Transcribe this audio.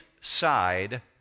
side